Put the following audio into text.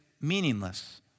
meaningless